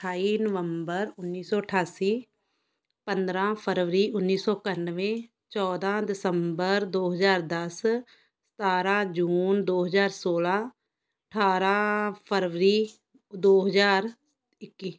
ਅਠਾਈ ਨਵੰਬਰ ਉੱਨੀ ਸੌ ਅਠਾਸੀ ਪੰਦਰ੍ਹਾਂ ਫਰਵਰੀ ਉੱਨੀ ਸੌ ਇਕਾਨਵੇਂ ਚੌਦ੍ਹਾਂ ਦਸੰਬਰ ਦੋ ਹਜ਼ਾਰ ਦਸ ਸਤਾਰ੍ਹਾਂ ਜੂਨ ਦੋ ਹਜ਼ਾਰ ਸੋਲ੍ਹਾਂ ਅਠਾਰ੍ਹਾਂ ਫਰਵਰੀ ਦੋ ਹਜ਼ਾਰ ਇੱਕੀ